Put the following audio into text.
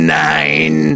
nine